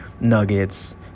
Nuggets